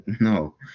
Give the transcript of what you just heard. No